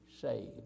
saved